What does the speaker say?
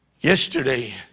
yesterday